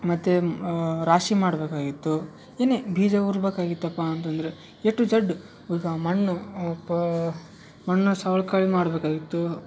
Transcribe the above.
ಮತ್ತು ರಾಶಿ ಮಾಡಬೇಕಾಗಿತ್ತು ಇನ್ನೆ ಬೀಜ ಊರ್ಬೇಕಾಗಿತ್ತಪ್ಪಾ ಅಂತಂದರೆ ಎ ಟು ಝಡ್ ಈಗ ಮಣ್ಣು ಪಾ ಮಣ್ಣು ಸವ್ಳ್ಕಳಿ ಮಾಡಬೇಕಾಗಿತ್ತು